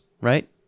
right